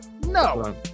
No